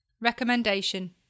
Recommendation